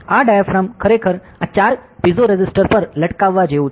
આ ડાયાફ્રેમ ખરેખર આ ચાર પીઝો રેસિસ્ટર્સ પર લટકાવવા જેવું છે